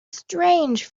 strange